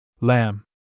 Lamb